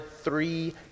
three